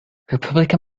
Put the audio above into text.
republican